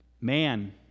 man